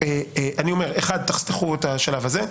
אומר: תחתכו את השלב הזה.